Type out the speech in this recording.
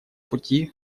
пути